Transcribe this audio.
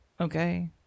okay